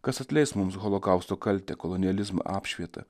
kas atleis mums holokausto kaltę kolonializmą apšvietą